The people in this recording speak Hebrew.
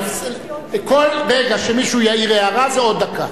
כל רגע שמישהו יעיר הערה זה עוד דקה.